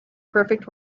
perfect